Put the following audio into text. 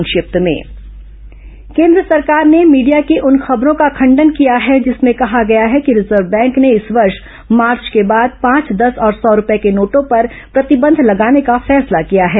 संक्षिप्त समाचार केन्द्र सरकार ने मीडिया की उन खबरों का खंडन किया है जिसमें कहा गया है कि रिजर्व बैंक ने इस वर्ष मार्च के बाद पांच दस और सौ रुपये के नोटों पर प्रतिबंध लगाने का फैसला किया है